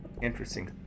Interesting